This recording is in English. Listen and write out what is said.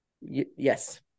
Yes